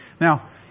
Now